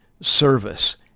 service